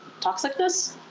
toxicness